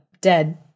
dead